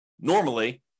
normally